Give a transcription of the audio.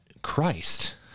Christ